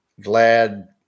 glad